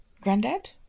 granddad